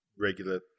regular